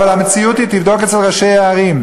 אבל המציאות היא, תבדוק אצל ראשי הערים: